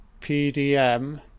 PDM